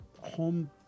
home